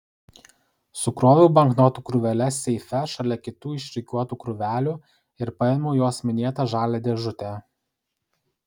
sukroviau banknotų krūveles seife šalia kitų išrikiuotų krūvelių ir paėmiau jos minėtą žalią dėžutę